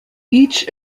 each